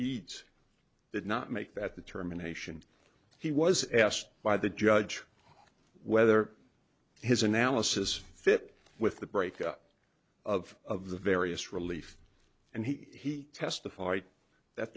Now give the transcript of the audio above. eades did not make that determination he was asked by the judge whether his analysis fit with the break up of the various relief and he testified that